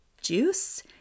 juice